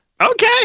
okay